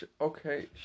okay